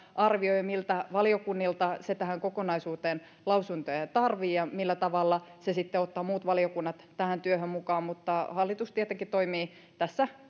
arvioi miltä valiokunnilta se tähän kokonaisuuteen lausuntoja tarvitsee ja millä tavalla se sitten ottaa muut valiokunnat tähän työhön mukaan mutta hallitus tietenkin toimii tässä